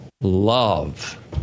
love